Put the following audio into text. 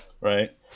right